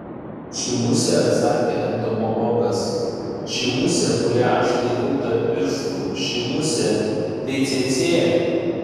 ši musė atsakė entomologas ši musė kurią aš laikau tarp pirštų ši musė tai cėcė